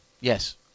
yes